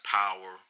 power